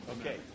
Okay